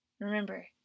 remember